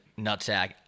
nutsack